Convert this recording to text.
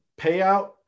Payout